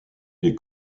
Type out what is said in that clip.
des